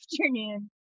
afternoon